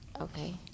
Okay